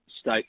state